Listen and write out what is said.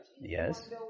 Yes